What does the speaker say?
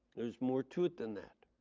there's more to it than that.